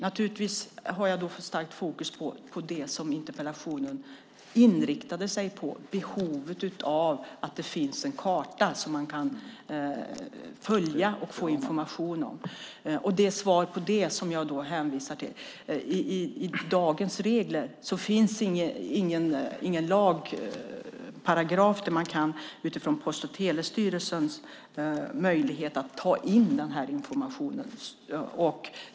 Naturligtvis har jag då starkt fokus på det som interpellationen inriktade sig på, behovet av att det finns en karta som man kan följa och få information från. Det är det som jag hänvisar till i svaret. I dag finns ingen lagparagraf som ger Post och telestyrelsens möjlighet att ta in den här informationen.